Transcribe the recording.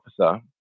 officer